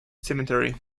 cemetery